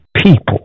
people